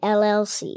llc